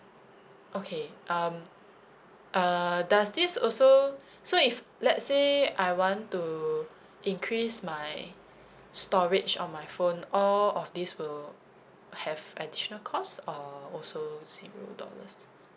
okay um uh does this also so if let's say I want to increase my storage on my phone all of these will have additional cost or also zero dollars